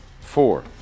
four